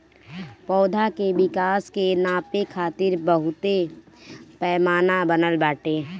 पौधा के विकास के नापे खातिर बहुते पैमाना बनल बाटे